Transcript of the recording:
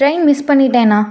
train miss பண்ணிவிட்டேண்ணா